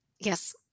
Yes